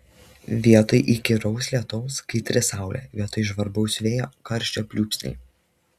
vietoj įkyraus lietaus kaitri saulė vietoj žvarbaus vėjo karščio pliūpsniai